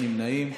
אין נמנעים.